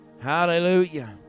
Hallelujah